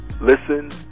listen